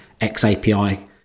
XAPI